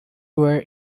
were